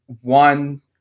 one –